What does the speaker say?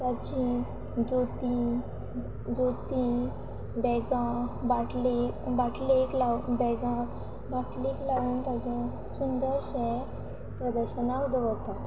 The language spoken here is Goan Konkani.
ताची जोतीं जोतीं बॅगां बाटली बाटलेक बॅगां बाटलेक लावन ताचें सुंदरशें प्रदर्शनाक दवरतात